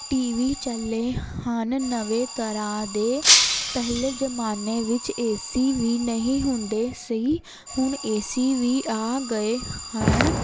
T V ਚੱਲੇ ਹਨ ਨਵੇਂ ਤਰ੍ਹਾਂ ਦੇ ਪਹਿਲੇ ਜਮਾਨੇ ਵਿੱਚ ਏ ਸੀ ਵੀ ਨਹੀਂ ਹੁੰਦੇ ਸੀ ਹੁਣ ਏ ਸੀ ਵੀ ਆ ਗਏ ਹਾਣ